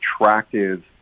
attractive